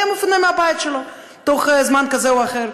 היה מפונה מהבית שלו תוך זמן כזה או אחר.